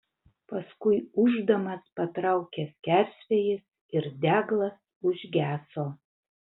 paskui ūždamas patraukė skersvėjis ir deglas užgeso